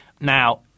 Now